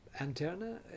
antenna